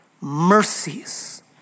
mercies